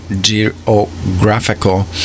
geographical